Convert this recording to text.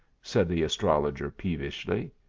said the astrologer, pe vishly.